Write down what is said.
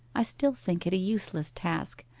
i still think it a useless task,